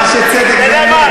תסביר לי.